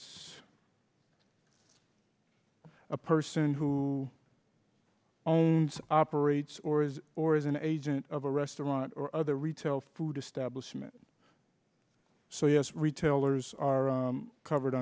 o a person who owns operates or is or is an agent of a restaurant or other retail food establishment so yes retailers are covered